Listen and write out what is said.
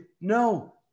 No